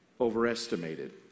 overestimated